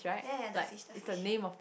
ya ya the fish the fish